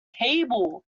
table